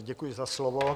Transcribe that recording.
Děkuji za slovo.